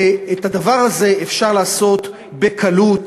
ואת הדבר הזה אפשר לעשות בקלות.